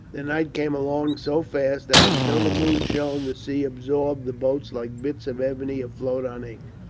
the night came along so fast that until the moon shone the sea absorbed the boats like bits of ebony afloat on ink.